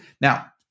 Now